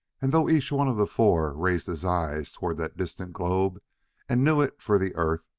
and, though each one of the four raised his eyes toward that distant globe and knew it for the earth,